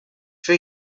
for